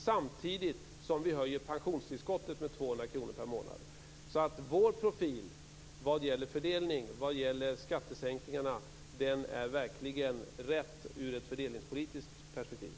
Samtidigt höjer vi pensionstillskottet med 200 kr per månad. Vår profil vad gäller fördelning av skattesänkningarna är verkligen rätt ur ett fördelningspolitiskt perspektiv.